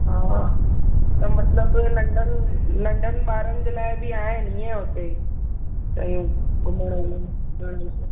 हा त मतलबु नंढनि नंढनि ॿारनि जे लाइ बि आहिनि हीअं हुते घुमण में